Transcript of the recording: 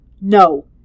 No